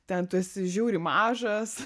ten tu esi žiauriai mažas